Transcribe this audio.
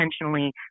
intentionally